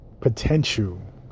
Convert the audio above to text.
potential